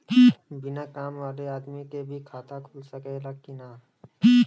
बिना काम वाले आदमी के भी खाता खुल सकेला की ना?